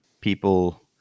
people